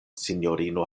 sinjorino